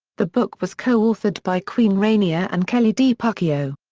the book was co-authored by queen rania and kelly dipucchio.